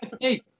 Hey